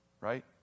right